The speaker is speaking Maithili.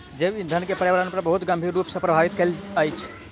जैव ईंधन के पर्यावरण पर बहुत गंभीर रूप सॅ प्रभावित कय रहल अछि